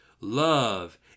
Love